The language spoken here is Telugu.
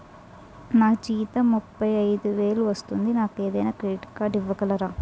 నాకు జీతం ముప్పై ఐదు వేలు వస్తుంది నాకు ఏదైనా క్రెడిట్ కార్డ్ ఇవ్వగలరా?